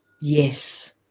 Yes